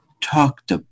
talked